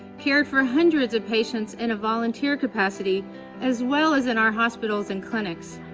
cared for hundreds of patients in a volunteer capacity as well as in our hospitals and clinics,